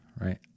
right